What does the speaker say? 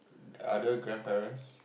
other grandparents